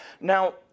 Now